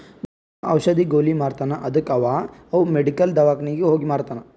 ನಮ್ ದೋಸ್ತ ಔಷದ್, ಗೊಲಿ ಮಾರ್ತಾನ್ ಅದ್ದುಕ ಅವಾ ಅವ್ ಮೆಡಿಕಲ್, ದವ್ಕಾನಿಗ್ ಹೋಗಿ ಮಾರ್ತಾನ್